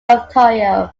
ontario